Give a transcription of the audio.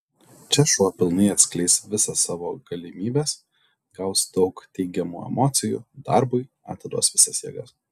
čia šuo pilnai atskleis visa savo galimybes gaus daug teigiamų emocijų darbui atiduos visas jėgas